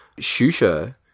Shusha